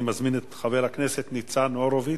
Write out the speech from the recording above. אני מזמין את חבר הכנסת ניצן הורוביץ,